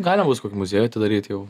galima bus kokį muziejų atidaryt jau